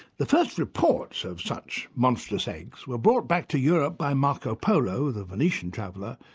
the first reports of such monstrous eggs were brought back to europe by marco polo, the venetian traveller,